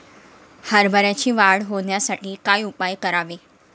हरभऱ्याची वाढ होण्यासाठी काय उपाय करावे?